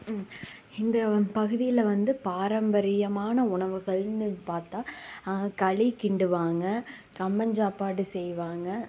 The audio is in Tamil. இந்த பகுதியில் வந்து பாரம்பரியமான உணவுகள்ன்னு பார்த்தா களி கிண்டுவாங்க கம்மஞ்சாப்பாடு செய்வாங்க